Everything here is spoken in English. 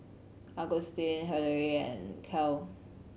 Augustin Hillery and Cael